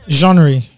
Genre